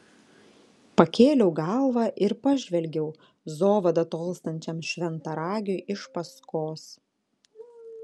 pakėliau galvą ir pažvelgiau zovada tolstančiam šventaragiui iš paskos